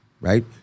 right